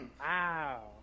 Wow